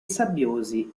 sabbiosi